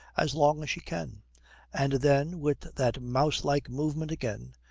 as long as she can and then, with that mouse-like movement again,